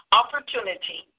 opportunity